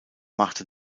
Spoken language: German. machte